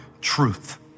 truth